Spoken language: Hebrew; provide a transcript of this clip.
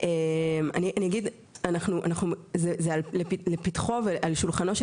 אני אגיד שזה לפתחו ועל שולחנו של